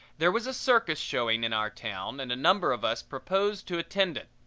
there was a circus showing in our town and a number of us proposed to attend it.